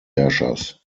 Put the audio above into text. herrschers